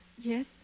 Yes